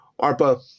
Arpa